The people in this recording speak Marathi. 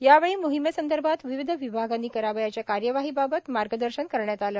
यावेळी मोहिमेसंदर्भात विविध विभागांनी करावयाच्या कार्यवाहीबाबत मार्गदर्शन करण्यात आले